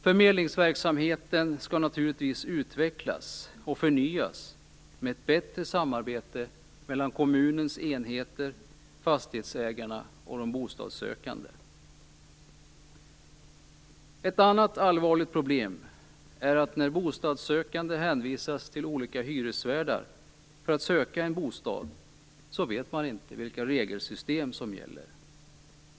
Förmedlingsverksamheten skall naturligtvis utvecklas och förnyas med ett bättre samarbete mellan kommunens enheter, fastighetsägarna och de bostadssökande. Ett annat allvarligt problem är att när bostadssökande hänvisas till olika hyresvärdar för att söka en bostad vet man inte vilka regelsystem som gäller.